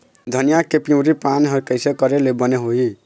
धनिया के पिवरी पान हर कइसे करेले बने होही?